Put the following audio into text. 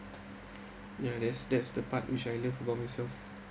ya that's that's the part which I love about myself